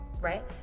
right